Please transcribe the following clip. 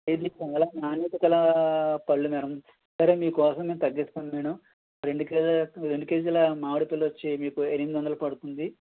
ఇవి చాలా నాణ్యత గల పళ్ళు మేడం సరే మీకోసం నేను తగ్గిస్త్నాను మేడం రెండు కేజీ రెండు కేజీల మామిడిపళ్ళొచ్చి మీకు ఎనిమిదొందలు పడుతుంది